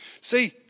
See